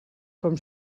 com